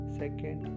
second